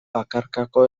bakarkako